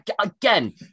Again